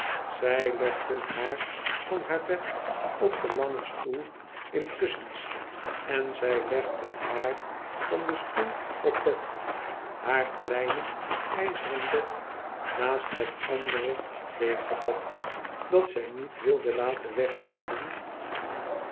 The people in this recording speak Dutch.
zij legden haar van haar bed op den langen stoel in kussens en zij legden haar van den stoel op bed haar kleine ijzeren bed naast het andere leege bed dat zij niet wilde laten wegnemen